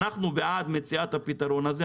אנחנו בעד מציאת הפתרון הזה,